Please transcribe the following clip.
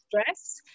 stress